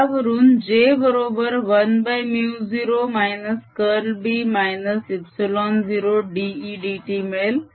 त्यावरून j बरोबर 1μ0 curl B -ε0dEdt मिळेल